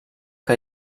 que